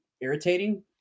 irritating